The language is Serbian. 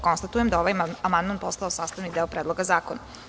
Konstatujem da je ovaj amandman postao sastavni deo Predloga zakona.